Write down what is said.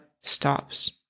stops